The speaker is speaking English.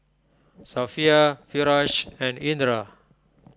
Safiya Firash and Indra